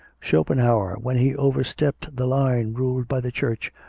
schopenhauer, when he overstepped the line ruled by the church,